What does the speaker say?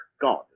God